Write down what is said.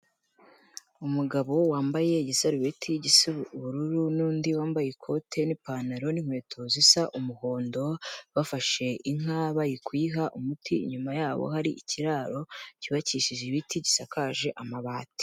Umugabo wambaye igisarubeti gisa ubururu, n'undi wambaye ikote n'ipantaro n'inkweto zisa umuhondo, bafashe inka bari kuyiha umuti, inyuma yabo hari ikiraro cyubakishije ibiti, gisakaje amabati.